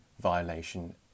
violation